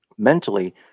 Mentally